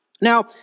Now